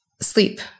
sleep